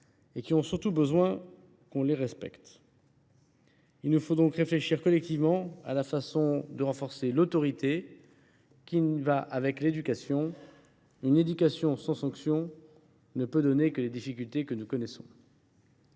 et qui ont surtout besoin que nous les respections. Il nous faut réfléchir collectivement à la façon de renforcer l’autorité, qui va de pair avec l’éducation, une éducation sans sanction ne pouvant que mener aux difficultés que nous connaissons.